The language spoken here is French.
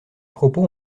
propos